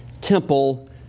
temple